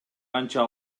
анча